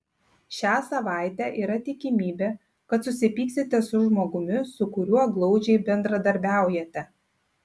šią savaitę yra tikimybė kad susipyksite su žmogumi su kuriuo glaudžiai bendradarbiaujate